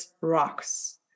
rocks